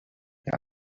der